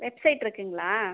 website இருக்குதுங்களா